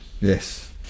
Yes